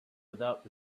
without